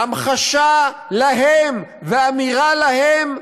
המחשה להם ואמירה להם: